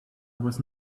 was